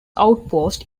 outpost